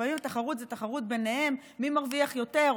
לפעמים התחרות היא תחרות ביניהם, מי מרוויח יותר,